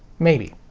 maybe.